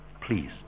please